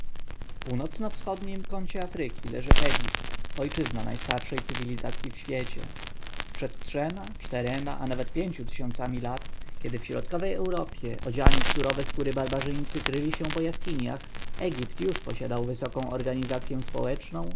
północno-wschodnim kącie afryki leży egipt ojczyzna najstarszej cywilizacji w świecie przed trzema czterema a nawet pięciu tysiącami lat kiedy w środkowej europie odziani w surowe skóry barbarzyńcy kryli się po jaskiniach egipt już posiadał wysoką organizację społeczną